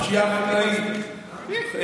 הפשיעה החקלאית,